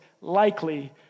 likely